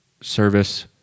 service